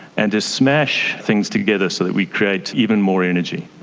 and to smash things together so that we create even more energy.